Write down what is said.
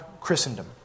Christendom